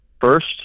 first